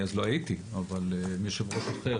אני אז לא הייתי אבל עם יו"ר אחר,